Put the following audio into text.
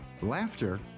laughter